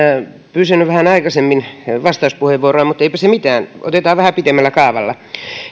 pyysin vähän aikaisemmin vastauspuheenvuoroa mutta eipä se mitään otetaan vähän pitemmällä kaavalla